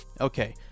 Okay